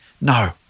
No